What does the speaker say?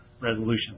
resolution